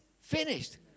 finished